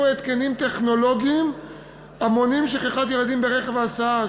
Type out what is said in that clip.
התקנים טכנולוגיים המונעים שכחת ילדים ברכב ההסעה,